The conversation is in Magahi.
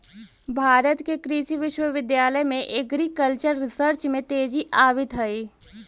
भारत के कृषि विश्वविद्यालय में एग्रीकल्चरल रिसर्च में तेजी आवित हइ